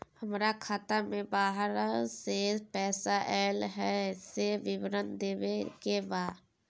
हमरा खाता में बाहर से पैसा ऐल है, से विवरण लेबे के बा?